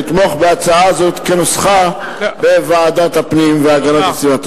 ולתמוך בהצעה זו כנוסח ועדת הפנים והגנת הסביבה.